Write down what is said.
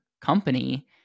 company